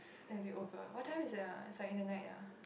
then it'll be over what time is it ah it's like in the night ah